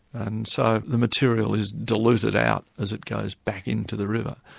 and so the material is diluted out as it goes back into the river.